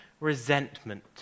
resentment